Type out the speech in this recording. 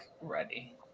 ready